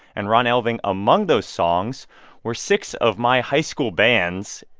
and, ron elving, among those songs were six of my high school bands,